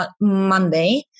Monday